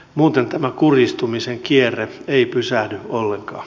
muuten tämä kurjistumisen kierre ei pysähdy ollenkaan